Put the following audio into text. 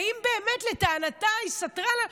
ואם באמת לטענתה היא סטרה לה,